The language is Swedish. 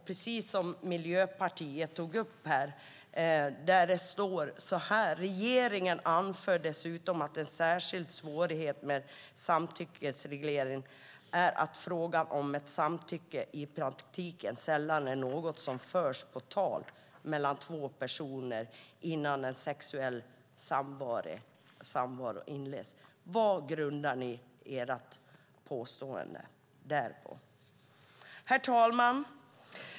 Precis som Miljöpartiet tog upp står det så här: "Regeringen anför dessutom att en särskild svårighet med samtyckesreglering är att frågan om samtycke i praktiken sällan är något som förs på tal mellan två personer innan en sexuell samvaro inleds." Vad grundar ni ert påstående där på? Herr talman!